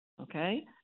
Okay